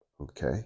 Okay